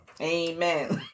Amen